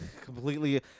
completely